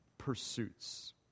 pursuits